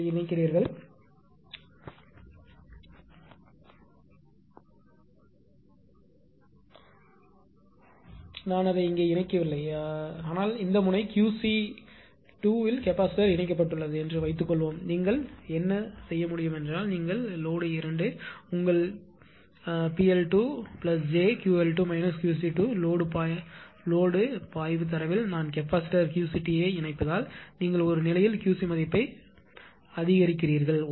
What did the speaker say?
நீங்கள் இணைக்கிறீர்கள் என்று வைத்துக்கொள்ளுங்கள் நான் அதை இங்கே இணைக்கவில்லை ஆனால் இந்த முனை QC2 இல் கெப்பாசிட்டர் இணைக்கப்பட்டுள்ளது என்று வைத்துக்கொள்வோம் நீங்கள் என்ன செய்ய முடியும் என்றால் நீங்கள் லோடு 2 உங்கள் PL2j லோடுபாய்வு தரவில் நான் கெப்பாசிட்டர் QC2 ஐ இணைப்பதால் நீங்கள் ஒரு நிலையில் QC மதிப்பை அதிகரிக்கிறீர்கள்